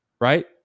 right